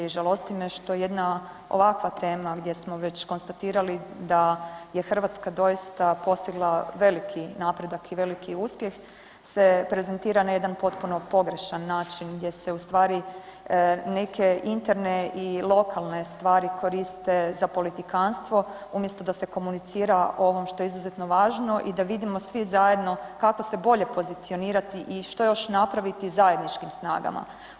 Žalosti me što jedna ovakva tema gdje smo već konstatirali da je Hrvatska doista postigla veliki napredak i veliki uspjeh se prezentira na jedan potpuno pogrešan način gdje se ustvari neke interne i lokalne stvari koriste za politikantstvo umjesto da se komunicira o ovom što je izuzetno važno i da vidimo svi zajedno kako se bolje pozicionirati i što još napraviti zajedničkim snagama.